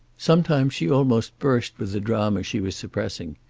sometimes she almost burst with the drama she was suppressing.